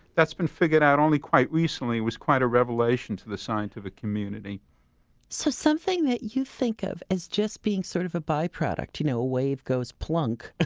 that's been figured out only quite recently. it was quite a revelation to the scientific community so something that you think of as just being sort of a byproduct you know a wave goes plunk ah